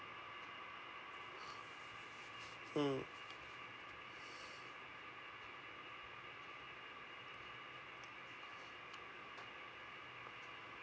mm